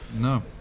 No